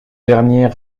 dernier